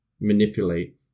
manipulate